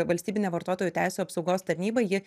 valstybinė vartotojų teisių apsaugos tarnyba ji